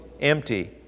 empty